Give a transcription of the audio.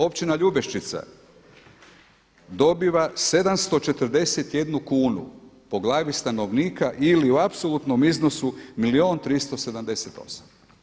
Općina Ljubeščica dobiva 741 kunu po glavi stanovnika ili u apsolutnom iznosu milijun 378.